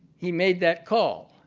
he made that call.